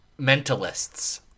mentalists